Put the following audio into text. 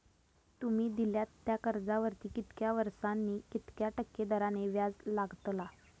तुमि दिल्यात त्या कर्जावरती कितक्या वर्सानी कितक्या टक्के दराने व्याज लागतला?